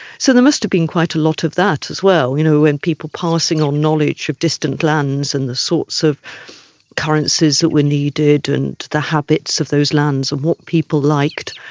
so there must've been quite a lot of that as well, you know, and people passing on knowledge of distant lands and the sorts of currencies that were needed and the habits of those lands and what people liked.